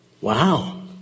Wow